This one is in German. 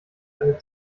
eine